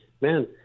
man